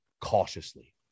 cautiously